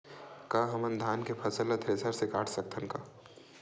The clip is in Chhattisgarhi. का हमन धान के फसल ला थ्रेसर से काट सकथन का?